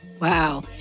Wow